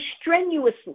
strenuously